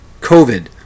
covid